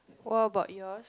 what about yours